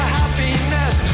happiness